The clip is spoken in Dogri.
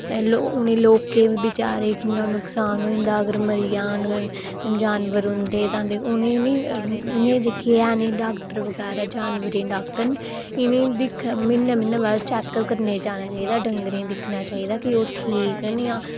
पैह्लें उ'नें लोकें गी बचारें गी किन्ना नुक्सान होई जंदा अगर मरी जान जानवर रोंदे ढांदे उ'नें निं जेह्के हैन डाक्टर बगैरा एह् जानवरें दे डाक्टर न इ'नें ई म्हीनै म्हीनै बाद चैक्क करने गी जाना चाहिदा ते डंगरें गी दिक्खना चाहिदा कि ओह् ठीक न जां